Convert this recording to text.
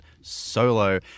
Solo